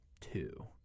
two